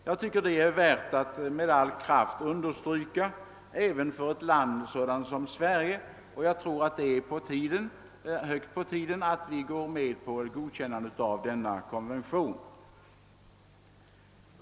Jag tycker att detta är värt att med all kraft strykas under även för ett land som Sverige, och det är på tiden att vi nu godkänner denna konvention.